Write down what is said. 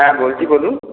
হ্যাঁ বলছি বলুন